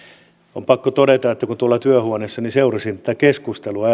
on pakko todeta että kun tuolla työhuoneessani seurasin tätä keskustelua